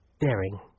daring